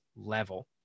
level